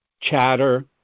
chatter